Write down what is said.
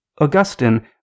Augustine